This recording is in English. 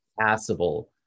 passable